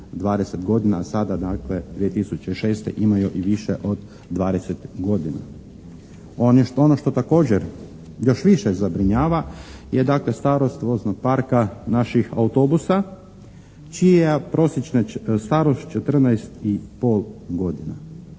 a sada dakle 2006. imaju i više od dvadeset godina. Ono što također još više zabrinjava je dakle starost voznog parka naših autobusa čija prosječna starost je 14 i